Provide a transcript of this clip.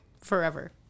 forever